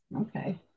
Okay